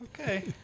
Okay